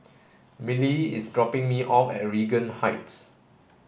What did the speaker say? Millie is dropping me off at Regent Heights